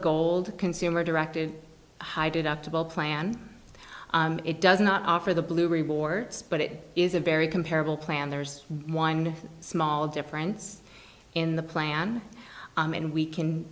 gold consumer directed high deductible plan it does not offer the blue rewards but it is a very comparable plan there's one small difference in the plan and we can